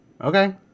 Okay